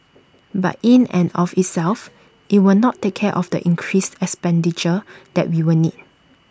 but in and of itself IT will not take care of the increased expenditure that we will need